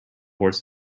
horse